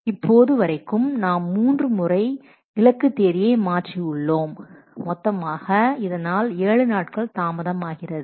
இப்போது வரைக்கும் நாம் மூன்று முறை இலக்கு தேதியை மாற்றி உள்ளோம் மொத்தமாக இதனால் 7 நாட்கள் தாமதம் ஆகிறது